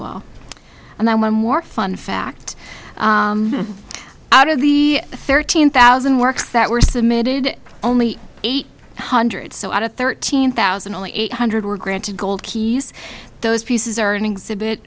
well and then one more fun fact out of the thirteen thousand works that were submitted only eight hundred so out of thirteen thousand only eight hundred were granted gold keys those pieces are in exhibit